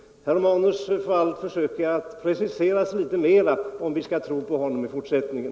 Herr Romanus får verkligen försöka att precisera sig litet mer, om vi skall tro på honom i fortsättningen.